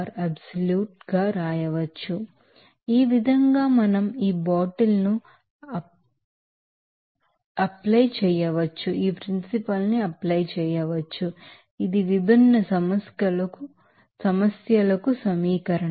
కాబట్టి ఈ విధంగా మనం ఈ బాటిల్ ను అప్లై చేయవచ్చు ఇది విభిన్న సమస్యలకు సమీకరణం